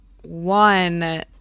one